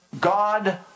God